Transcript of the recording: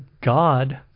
God